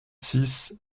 six